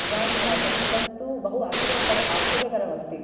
advanced आसन् तत्तु बहु आश्चयकरः आश्रयकरः अस्ति